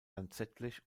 lanzettlich